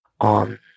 on